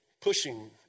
pushing